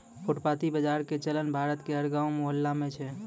फुटपाती बाजार के चलन भारत के हर गांव मुहल्ला मॅ छै